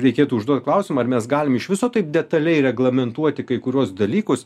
reikėtų užduot klausimą ar mes galim iš viso taip detaliai reglamentuoti kai kuriuos dalykus taip